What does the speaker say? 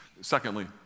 Secondly